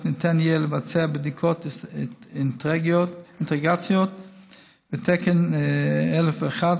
ניתן יהיה לבצע בדיקות אינטגרציה ותקן 1001,